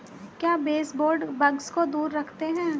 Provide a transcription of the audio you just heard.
क्या baseboard bugs को दूर रखते हैं?